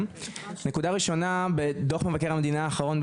הנקודה הראשונה: דו"ח מבקר המדינה האחרון,